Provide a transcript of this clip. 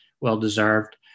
Well-deserved